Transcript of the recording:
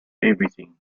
everything